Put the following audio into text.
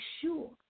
sure